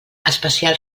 especial